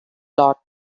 lot